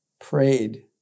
prayed